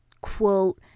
quote